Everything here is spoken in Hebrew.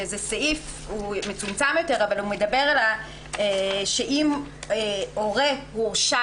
שהוא סעיף מצומצם יותר אבל הוא מדבר על כך שאם הורה הורשע